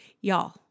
Y'all